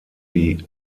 die